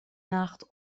nacht